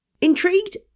Intrigued